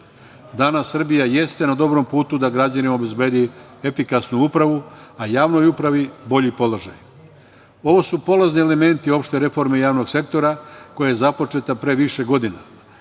Danas Srbija jeste na dobrom putu da građanima obezbedi efikasnu upravu, a javnoj upravi bolji položaj. Ovo su polazni elementi opšte reforme javnog sektora koja je započeta pre više godina,